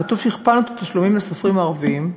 כתוב שהכפלנו את התשלום לסופרים הערבים.